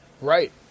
Right